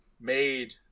made